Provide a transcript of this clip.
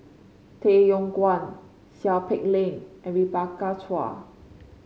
Tay Yong Kwang Seow Peck Leng and Rebecca Chua